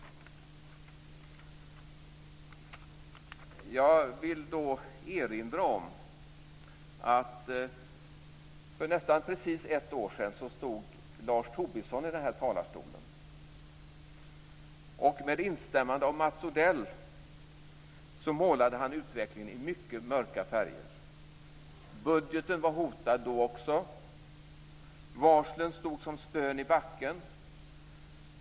Jag vill erinra om att för nästan precis ett år sedan stod Lars Tobisson i denna talarstol. Med instämmande av Mats Odell målade han utvecklingen i mycket mörka färger. Budgeten var hotad då också. Varslen stod som spön i backen.